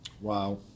wow